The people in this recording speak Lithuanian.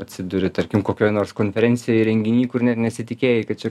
atsiduri tarkim kokioj nors konferencijoj renginy kur net nesitikėjai kad čia